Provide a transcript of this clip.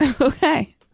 Okay